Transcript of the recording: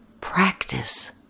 Practice